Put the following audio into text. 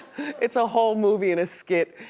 it's a whole movie in a skit.